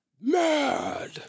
Mad